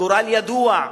הגורל ידוע,